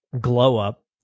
glow-up